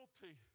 guilty